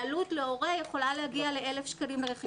העלות להורה יכולה להגיע ל-1,000 שקלים לרכישת ספרים.